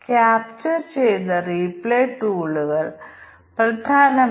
SBI card മുഖേനയാണ് വാങ്ങുന്നതെങ്കിൽ 5 ശതമാനം അധിക കിഴിവ് ലഭിക്കും